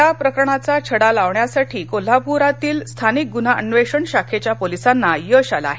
याप्रकरणाचा छडा लावण्यास कोल्हाप्रातील स्थानिक गुन्हा अन्वेषण शाखेच्या पोलिसांना यश आलं आहे